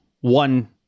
one